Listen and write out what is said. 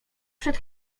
przed